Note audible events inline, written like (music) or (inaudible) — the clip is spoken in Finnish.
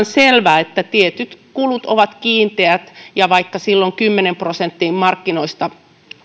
(unintelligible) selvää että tietyt kulut ovat kiinteät ja vaikka silloin kymmeneen prosenttiin osuus markkinoista